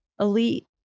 elite